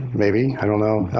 maybe, i don't know.